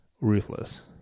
ruthless